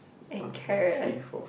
and carrot